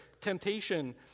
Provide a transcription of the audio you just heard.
temptation